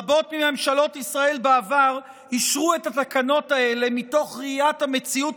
רבות מממשלות ישראל בעבר אישרו את התקנות האלה מתוך ראיית המציאות